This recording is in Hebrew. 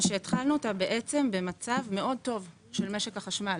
התחלנו אותה במצב טוב מאוד של משק החשמל.